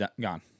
gone